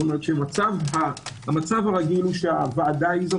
כלומר המצב הרגיל הוא שהוועדה היא זו